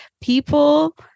People